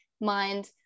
mind